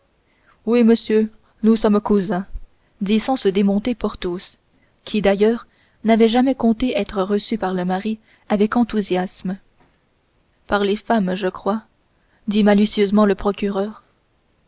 oui monsieur nous sommes cousins dit sans se déconcerter porthos qui d'ailleurs n'avait jamais compté être reçu par le mari avec enthousiasme par les femmes je crois dit malicieusement le procureur